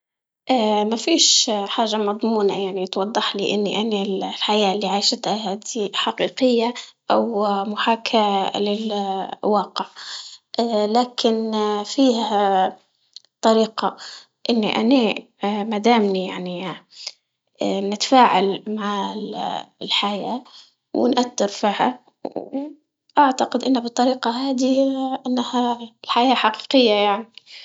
مفيش حاجة مضمونة يعني توضحلي إني أنا ال- الحياة اللي عايشتها هادي حقيقية، أو محاكاة للواقع، لكن فيه طريقة إني أنا مادامني يعني نتفاعل مع ال- مع الحياة ونأتر فيها وأعتقد إنه بالطريقة هادي إنها الحياة حقيقية، يعني.